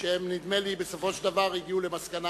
שנדמה לי שבסופו של דבר הן הגיעו למסקנה